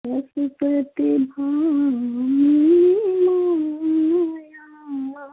Pashupati Bhamini Maya